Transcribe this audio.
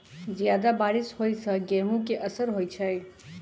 जियादा बारिश होइ सऽ गेंहूँ केँ असर होइ छै?